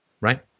right